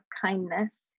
kindness